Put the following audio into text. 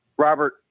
Robert